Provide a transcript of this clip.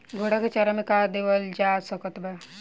घोड़ा के चारा मे का देवल जा सकत बा?